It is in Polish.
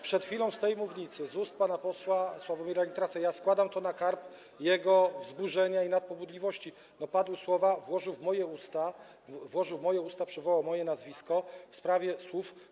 Przed chwilą z tej mównicy z ust pana posła Sławomira Nitrasa - składam to na karb jego wzburzenia i nadpobudliwości - padły słowa, włożył je w moje usta, przywołał moje nazwisko w sprawie słów.